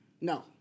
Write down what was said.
No